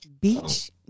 Beach